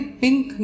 pink